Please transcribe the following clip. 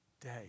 day